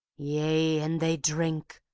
yea, and they drink,